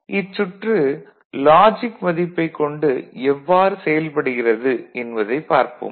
இச்சுற்று logic மதிப்பைக் கொண்டு எவ்வாறு செயல்படுகிறது என்பதைப் பார்ப்போம்